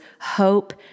Hope